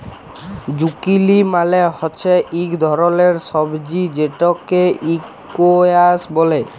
zucchini মালে হচ্যে ইক ধরলের সবজি যেটকে ইসকোয়াস ব্যলে